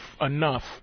enough